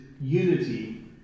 unity